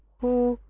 who,